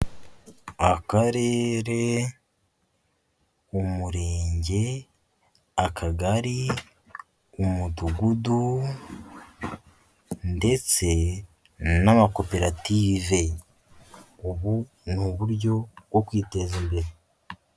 Akarere, Umurenge, Akagari, Umudugudu ndetse n'amakoperative, ubu ni uburyo bwo kwiteza imbere.